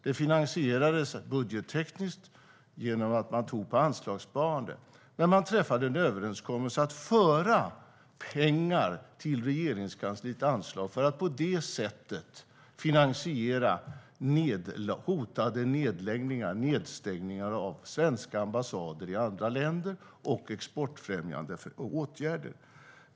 Det finansierades budgettekniskt genom att man tog av anslagssparandet. Parterna träffade en överenskommelse om att föra pengar till Regeringskansliets anslag för att på det sättet finansiera hotade nedstängningar av svenska ambassader i andra länder och exportfrämjande åtgärder.